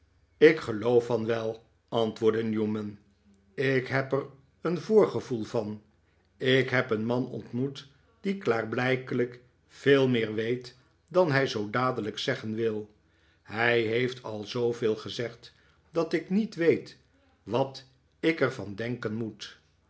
ik geloof van wel antwoordde newman ik heb er een voorgevoel van ik heb een man ontmoet die klaarblijkelijk veel meer weet dan hij zoo dadelijk zeggen wil hij heeft al zooveel gezegd dat ik niet weet wat ik er van denken moet